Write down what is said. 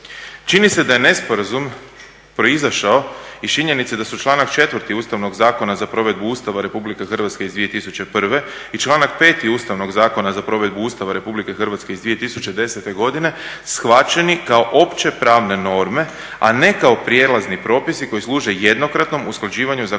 Čini se da je nesporazum proizašao iz činjenice da su članak 4. Ustavnog zakona za provedbu Ustava Republike Hrvatske iz 2001. i članak 5. Ustavnog zakona za provedbu Ustava Republike Hrvatske iz 2010. godine shvaćeni kao opće pravne norme, a ne kao prijelazni propisi koji služe jednokratnom usklađivanju zakonodavstva